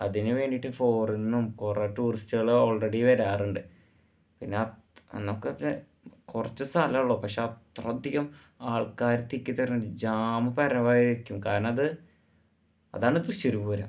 അതിനുവേണ്ടിട്ട് ഫോറിനിൽ നിന്നും കുറെ ടൂറിസ്റ്റുകള് ഓള്റെഡി വരാറുണ്ട് പിന്നെ അന്നൊക്കത്തെ കുറച്ച് സ്ഥലേ ഉള്ളൂ പക്ഷെ അത്രയധികം ആള്ക്കാര് തിക്കി തിരക്കുണ്ട് ജാം വരുവായിരിക്കും കാരണം അത് അതാണ് തൃശ്ശൂര് പൂരം